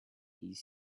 his